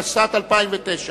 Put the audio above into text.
התשס"ט 2009,